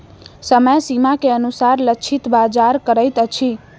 समय सीमा के अनुसार लक्षित बाजार करैत अछि